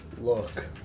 look